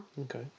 Okay